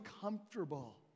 comfortable